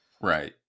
Right